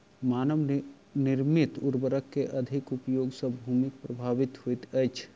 मानव निर्मित उर्वरक के अधिक उपयोग सॅ भूमि प्रभावित होइत अछि